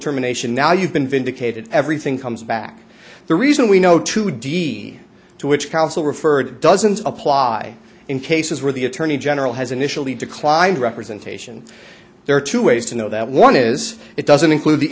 terminations now you've been vindicated everything comes back the reason we know two d to which council referred doesn't apply in cases where the attorney general has initially declined representation there are two ways to know that one is it doesn't include the